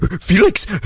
Felix